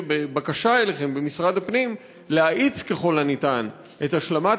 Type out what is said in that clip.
בבקשה אליכם במשרד הפנים להאיץ ככל הניתן את השלמת